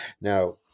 Now